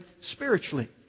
spiritually